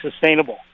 sustainable